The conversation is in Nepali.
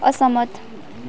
असहमत